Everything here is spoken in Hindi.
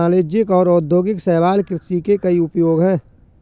वाणिज्यिक और औद्योगिक शैवाल कृषि के कई उपयोग हैं